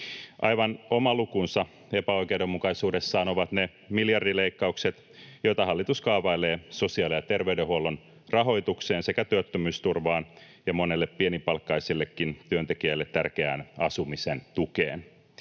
Aivan oma lukunsa epäoikeudenmukaisuudessaan ovat ne miljardileikkaukset, joita hallitus kaavailee sosiaali- ja terveydenhuollon rahoitukseen sekä työttömyysturvaan ja monelle pienipalkkaisellekin työntekijälle tärkeään asumisen tukeen.